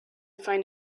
find